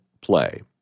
play